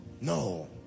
No